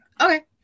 Okay